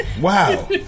Wow